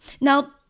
Now